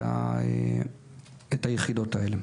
היחידות האלה.